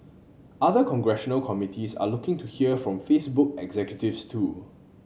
other congressional committees are looking to hear from Facebook executives too